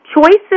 Choices